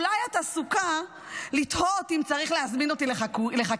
אולי את עסוקה בלתהות אם צריך להזמין אותי לחקירה,